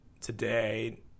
today